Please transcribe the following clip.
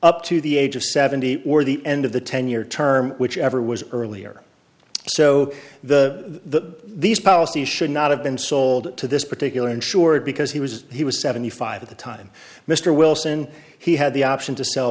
up to the age of seventy or the end of the ten year term whichever was earlier so the these policies should not have been sold to this particular insured because he was he was seventy five at the time mr wilson he had the option to sell